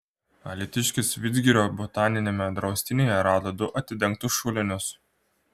alytiškis vidzgirio botaniniame draustinyje rado du atidengtus šulinius